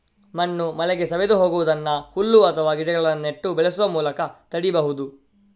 ಮಣ್ಣು ಮಳೆಗೆ ಸವೆದು ಹೋಗುದನ್ನ ಹುಲ್ಲು ಅಥವಾ ಗಿಡಗಳನ್ನ ನೆಟ್ಟು ಬೆಳೆಸುವ ಮೂಲಕ ತಡೀಬಹುದು